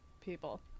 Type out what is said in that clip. people